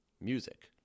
music